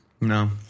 No